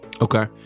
Okay